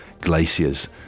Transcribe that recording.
glaciers